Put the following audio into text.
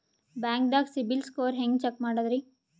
ಬ್ಯಾಂಕ್ದಾಗ CIBIL score ಹೆಂಗ್ check ಮಾಡದ್ರಿ?